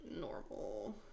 normal